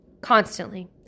constantly